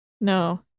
no